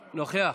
נוכח.